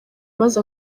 maze